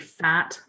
fat